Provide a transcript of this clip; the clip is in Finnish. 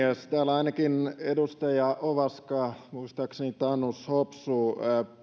täällä ainakin edustaja ovaska ja muistaakseni tanus ja hopsu